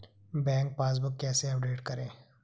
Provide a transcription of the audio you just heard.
Bank passbook कैसे update करें?